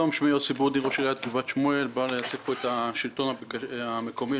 אני מייצג פה את השלטון המקומי,